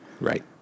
Right